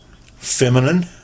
feminine